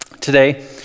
today